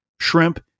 shrimp